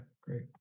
great